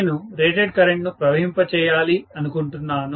నేను rated current ను ప్రవహింప చేయాలి అనుకుంటున్నాను